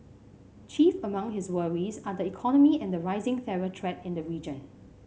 chief among his worries are the economy and the rising terror threat in the region